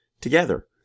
together